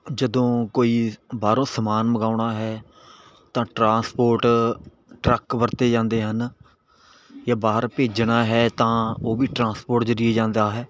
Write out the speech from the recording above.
ਜਦੋਂ ਕੋਈ ਬਾਹਰੋਂ ਸਮਾਨ ਮੰਗਵਾਉਣਾ ਹੈ ਤਾਂ ਟਰਾਂਸਪੋਰਟ ਟਰੱਕ ਵਰਤੇ ਜਾਂਦੇ ਹਨ ਜਾਂ ਬਾਹਰ ਭੇਜਣਾ ਹੈ ਤਾਂ ਉਹ ਵੀ ਟਰਾਂਸਪੋਰਟ ਜ਼ਰੀਏ ਜਾਂਦਾ ਹੈ